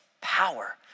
power